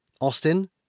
Austin